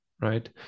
right